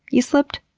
you slipped,